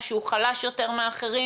או שהוא חלש יותר מאחרים,